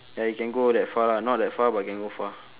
ya it can go that far lah not that far but can go far